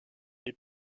les